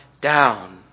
down